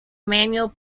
manual